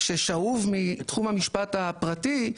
ששואב מתחום המשפט הפרטי,